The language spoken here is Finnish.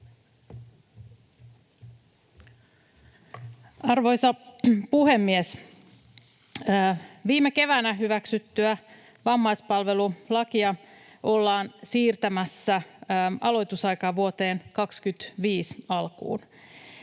Arvoisa puhemies! Viime keväänä hyväksytyssä vammaispalvelulaissa ollaan siirtämässä aloitusaikaa vuoden 25 alkuun.